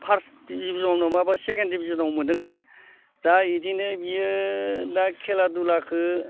first डिभिजनाव माबा second डिभिजनाव मोन्दों आरो दा इदिनो बियो दा खेला धुलाखो